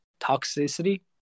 toxicity